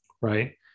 right